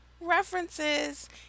references